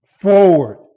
forward